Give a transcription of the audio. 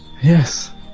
yes